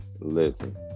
Listen